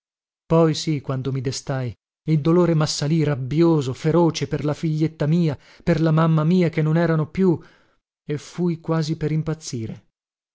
poi sì quando mi destai il dolore massalì rabbioso feroce per la figlietta mia per la mamma mia che non erano più e fui quasi per impazzire